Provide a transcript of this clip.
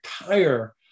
entire